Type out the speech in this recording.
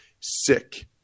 sick